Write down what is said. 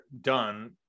done